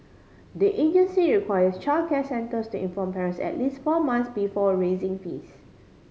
the agency requires childcare centres to inform parents at least four months before raising fees